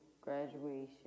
graduation